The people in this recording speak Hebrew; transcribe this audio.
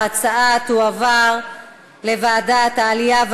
ההצעה תועבר לוועדת העלייה,